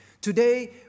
today